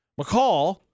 McCall